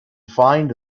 find